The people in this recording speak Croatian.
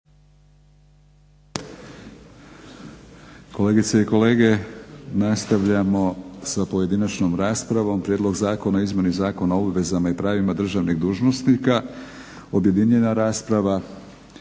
Kolegice i kolege nastavljamo sa pojedinačnom raspravom. Prijedlog zakona o izmjeni Zakona o obvezama i pravima državnih dužnosnika, objedinjena rasprava.